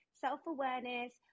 self-awareness